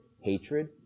hatred